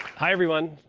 hi everyone.